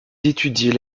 d’étudier